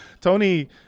tony